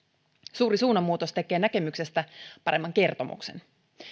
suuri suunnanmuutos tekee näkemyksestä paremman kertomuksen